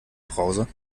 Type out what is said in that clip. browser